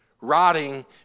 rotting